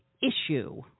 issue